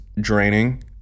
draining